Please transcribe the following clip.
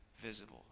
visible